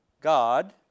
God